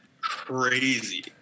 Crazy